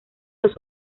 los